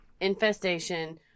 infestation